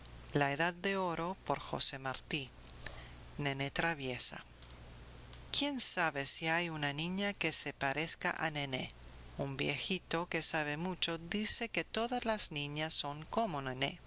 el hijo del pastor p nené traviesa quién sabe si hay una niña que se parezca a nené un viejito que sabe mucho dice que todas las niñas son como nené